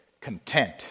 content